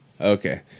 Okay